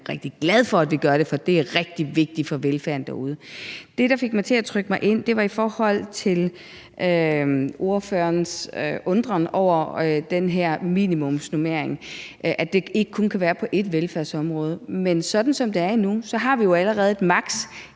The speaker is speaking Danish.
rigtig glad for, at vi gør det, for det er rigtig vigtigt af hensyn til velfærden derude. Det, der fik mig til at trykke mig ind, var ordførerens undren over, at den her minimumsnormering kun er på ét velfærdsområde. Sådan som det er nu, har vi jo allerede et maks.